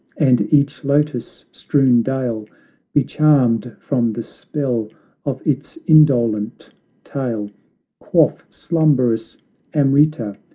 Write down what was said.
and each lotus-strewn dale, be charmed from the spell of its indolent tale quaff slumberous amrita,